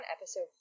episode